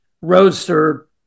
Roadster